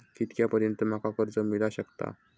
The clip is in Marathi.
कितक्या पर्यंत माका कर्ज मिला शकता?